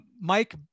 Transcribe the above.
Mike